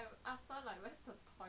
oh my god